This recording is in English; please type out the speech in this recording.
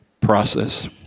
process